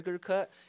cut